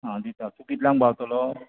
आं दिता तूं कितल्यांक पावतलो